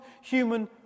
human